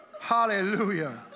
Hallelujah